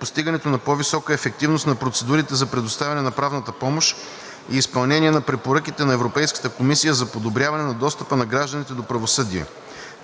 постигането на по-висока ефективност на процедурите за предоставяне на правната помощ и изпълнение на препоръките на Европейската комисия за подобряване на достъпа на гражданите до правосъдие.